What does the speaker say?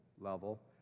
level